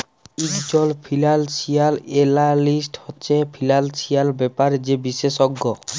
ইকজল financial analyst হছে financial ব্যাপারে যে বিশেষজ্ঞ